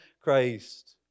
Christ